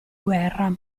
guerra